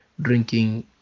drinking